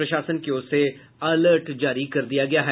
प्रशासन की ओर से अलर्ट जारी कर दिया गया है